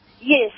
Yes